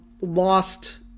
lost